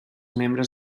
membres